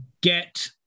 get